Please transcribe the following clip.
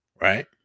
Right